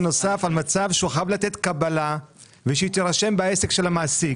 בנוסף על מצב שהוא חייב לתת קבלה ושהיא תירשם בעסק של המעסיק,